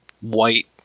white